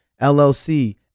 LLC